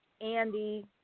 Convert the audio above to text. Andy